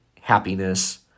happiness